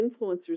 influencers